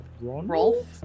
Rolf